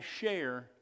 share